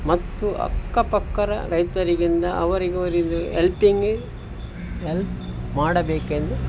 ಮತ್ತು ಅಕ್ಕ ಪಕ್ಕದ ರೈತರಿಂದ ಅವರಿಗೆ ಹೆಲ್ಪಿಂಗೆ ಎಲ್ಪ್ ಮಾಡಬೇಕೆಂದು